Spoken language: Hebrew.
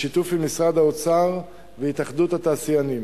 בשיתוף עם משרד האוצר והתאחדות התעשיינים.